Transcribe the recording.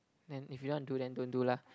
then if you don't want do then don't do lah